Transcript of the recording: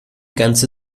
ganze